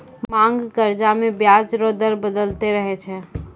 मांग कर्जा मे बियाज रो दर बदलते रहै छै